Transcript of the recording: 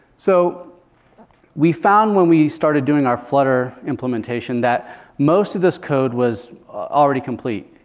so we found, when we started doing our flutter implementation, that most of this code was already complete.